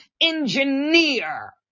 engineer